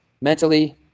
mentally